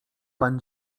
pan